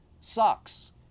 sucks